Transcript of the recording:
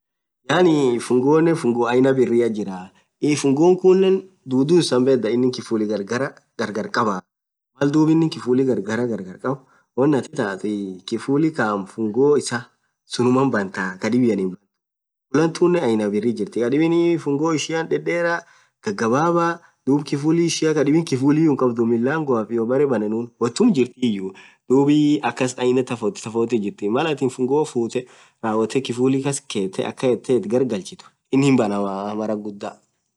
Yaani funguonen funguo aina birriathi jirah Ii funguo khunen dhudhu issa bhedha inin khifuli gargar gargar khabaa Mal dhub inin khifuli gargar gargar khabaa wonn athin itathu iii khiful kaaam funguo issa sunnuman banthaaa dhibian hinbanthu khifuli thunen aina birri jirthii khadhibinii funguo ishian dhadharee ghagha bhabha dhub khifuli ishian khadhibin khifuliyuu hinkhabdhu milangoaf iyyo berre banennun wothum jirthiyuu dhub akas aina tofauti tofauti jirtiii Mal athin funguo futhee khifuli kaskethe akhan yethe garghalchitu innin hinbanamaa mara ghudha